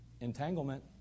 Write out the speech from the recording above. Entanglement